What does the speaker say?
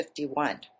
51